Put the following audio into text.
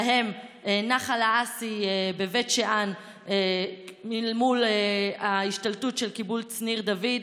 ובהם נחל האסי בבית שאן אל מול ההשתלטות של קיבוץ ניר דוד,